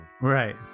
Right